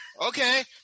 okay